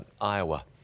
Iowa